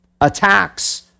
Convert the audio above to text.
attacks